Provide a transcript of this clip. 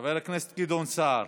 חבר הכנסת גדעון סער.